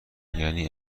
یعنی